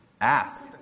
ask